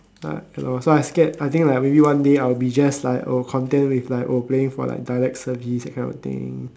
uh ya lor so I scared I think like maybe one day I will be just be like oh content with like or playing for like dialect service that kind of thing